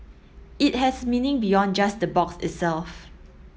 it has meaning beyond just the box itself